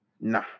Nah